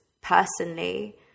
personally